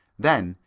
then,